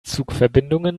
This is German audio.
zugverbindungen